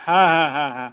হ্যাঁ হ্যাঁ হ্যাঁ হ্যাঁ